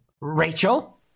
Rachel